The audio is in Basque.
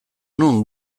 non